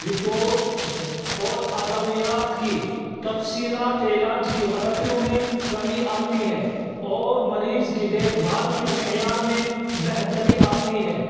reports اور ادویات کی تفصیلات علاج کی غلطیوں میں کمی آتی ہے اور مریض کی دیکھ بھال کے معیار میں بہتری آتی ہے